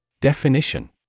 Definition